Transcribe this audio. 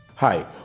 Hi